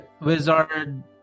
Wizard